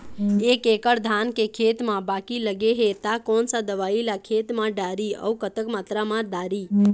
एक एकड़ धान के खेत मा बाकी लगे हे ता कोन सा दवई ला खेत मा डारी अऊ कतक मात्रा मा दारी?